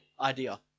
idea